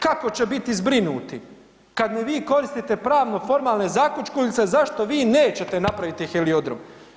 Kako će biti zbrinuti kada mi vi koristite pravno-formalne zakučkuljice zašto vi nećete napraviti heliodrom.